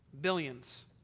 billions